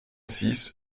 six